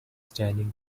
standing